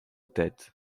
tête